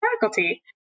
faculty